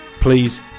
Please